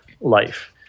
life